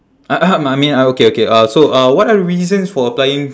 uh um I mean uh okay okay uh so uh what are the reasons for applying